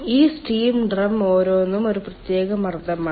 ഈ steam drum ഓരോന്നും ഒരു പ്രത്യേക മർദ്ദമാണ്